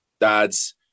dads